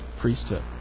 priesthood